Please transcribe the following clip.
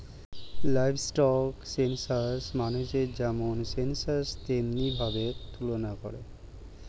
livestock census মানুষের যেমন census তেমনি ভাবে তুলনা করে